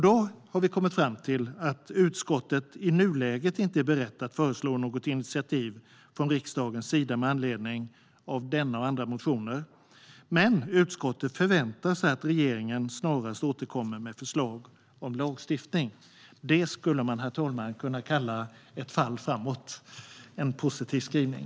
Vi har kommit fram till att utskottet i nuläget inte är berett att föreslå något initiativ från riksdagens sida med anledning av denna och andra motioner, men utskottet förväntar sig att regeringen snarast återkommer med förslag om lagstiftning. Det skulle man, herr talman, kunna kalla ett fall framåt, en positiv skrivning.